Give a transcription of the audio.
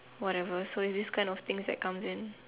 whatever so its this kind of thing that comes in